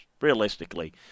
realistically